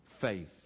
faith